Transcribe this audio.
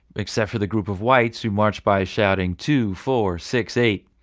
except for the group of whites who march by shouting, two, four, six, eight,